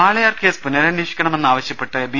Walayar case പുനരന്വേഷിക്കണമെന്ന് ആശ്യപ്പെട്ട് B